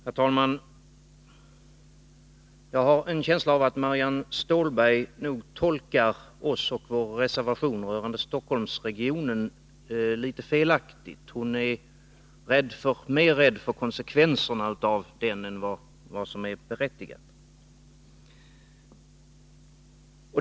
Herr talman! Jag har en känsla av att Marianne Stålberg tolkar vår reservation rörande Stockholmsregionen litet felaktigt. Hon är mera rädd för konsekvenserna av den än vad som är berättigat.